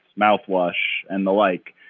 mouthwash and the like?